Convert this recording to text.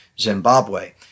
Zimbabwe